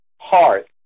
heart